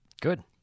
Good